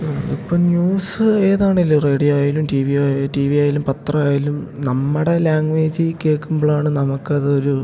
ആ ഇപ്പം ന്യൂസ് ഏതാണെങ്കിലും റേഡിയോയാലും ടി വിയാ ടി വിയായാലും പത്രമായാലും നമ്മുടെ ലാംഗ്വേജ് കേൾക്കുമ്പോഴാണ് നമുക്കതൊരു